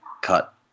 cut